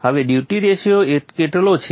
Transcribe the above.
હવે duty ratio કેટલો છે